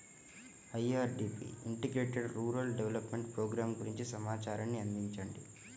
IRDP integrated rural development program గురించి సమాచారాన్ని అందించండి?